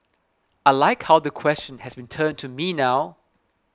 I like how the question has been turned to me now